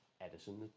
Edison